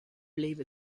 believe